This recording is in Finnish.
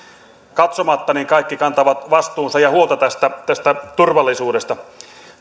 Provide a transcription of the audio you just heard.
katsomatta kaikki kantavat vastuunsa ja huolta tästä tästä turvallisuudesta